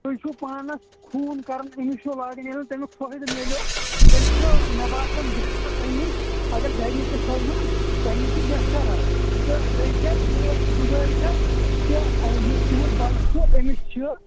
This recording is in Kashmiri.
تُہۍ چھو پانَس خوٗن کَڑان أمِس چھو لاگَان ییلہِ نہٕ تَمیُک فٲیدٕ ملیوو تیلہِ چھُ مےٚ باسَان بہتَر تَمہِ نِش اَگر گَرِی تہِ تھٲے وُن تَمہِ نِش چھُ بہتَر حَظ تہٕ بیٚیہِ چھِ اَسہِ گُزٲرِش حٕظ یُس تُہُنٛد بَچہِ چھُ أمِس چھِ